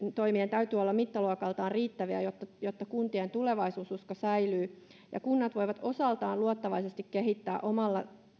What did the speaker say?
täytyy olla mittaluokaltaan riittäviä jotta kuntien tulevaisuususko säilyy ja kunnat voivat osaltaan luottavaisesti kehittää omaa